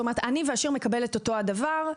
עני ועשיר מקבלים אותו דבר.